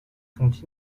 sont